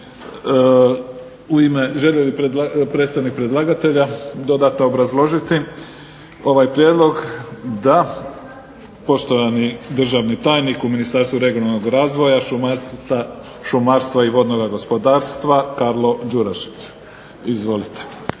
Želi li predstavnik predlagatelja dodatno obrazložiti ovaj prijedlog? Da. Poštovani državni tajnik u Ministarstvu regionalnog razvoja, šumarstva i vodnoga gospodarstva Karlo Gjurašić. Izvolite.